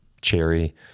cherry